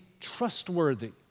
trustworthy